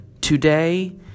Today